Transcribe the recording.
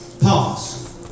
pause